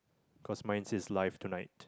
cause mine says live tonight